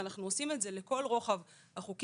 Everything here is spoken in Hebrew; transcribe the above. אנחנו עושים את זה לכל רוחב החוקים.